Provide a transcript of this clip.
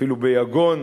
אפילו ביגון,